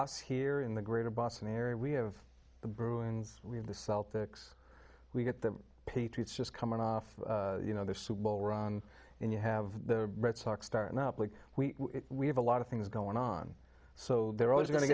us here in the greater boston area we have the bruins we have the celtics we get the patriots just coming off you know their super bowl run and you have the red sox start up like we have a lot of things going on so they're always going to